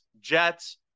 Jets